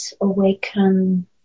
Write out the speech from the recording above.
awaken